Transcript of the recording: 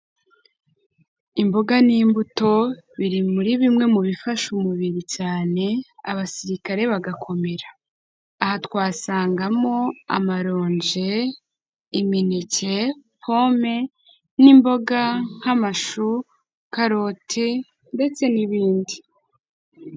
Imboga n'imbuto biri muri bimwe mu bifasha umubiri cyane abasirikare bagakomera. Aha twasangamo amaronje, imineke, pome n'imboga nk'amashu, karoti ndetse n'ibindi.